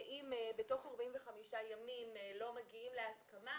שאם בתוך 45 ימים לא מגיעים להסכמה,